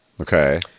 Okay